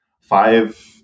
five